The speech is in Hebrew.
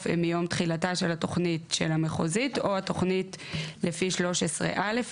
הן מיום תחילתה של התוכנית של המחוזית או התוכנית לפי 13 א'?